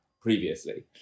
previously